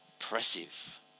Impressive